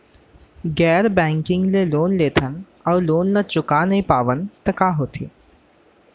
गैर बैंकिंग ले लोन लेथन अऊ लोन ल चुका नहीं पावन त का होथे?